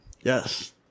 Yes